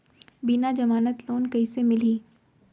बिना जमानत लोन कइसे मिलही?